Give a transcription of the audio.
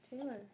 Taylor